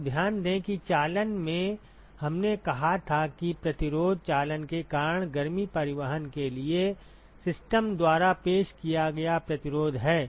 तो ध्यान दें कि चालन में हमने कहा था कि प्रतिरोध चालन के कारण गर्मी परिवहन के लिए सिस्टम द्वारा पेश किया गया प्रतिरोध है